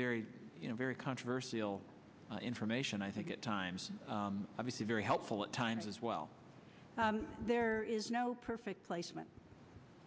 very very controversial information i think at times obviously very helpful at times as well there is no perfect placement